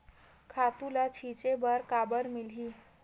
खातु ल छिंचे बर काबर मिलही?